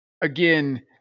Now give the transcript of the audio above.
again